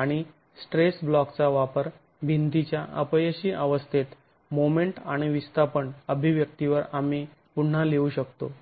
आणि स्ट्रेस ब्लॉकचा वापर भिंतीच्या अपयशी अवस्थेत मोमेंट आणि विस्थापन अभिव्यक्तीवर आम्ही पुन्हा लिहू शकतो